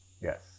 Yes